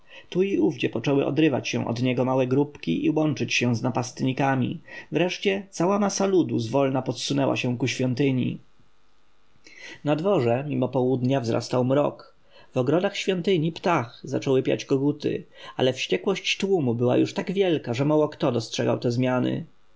i ówdzie poczęły odrywać się od niego małe grupy i łączyć się z napastnikami wreszcie cała masa ludu zwolna podsunęła się ku świątyni na dworze mimo południa wzrastał mrok w ogrodach świątyni ptah zaczęły piać koguty ale wściekłość tłumu była już tak wielka że mało kto dostrzegał te zmiany